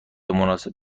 مناسب